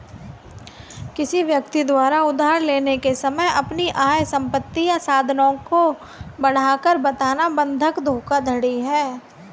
किसी व्यक्ति द्वारा उधार लेने के समय अपनी आय, संपत्ति या साधनों की बढ़ाकर बताना बंधक धोखाधड़ी है